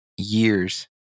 years